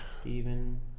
Stephen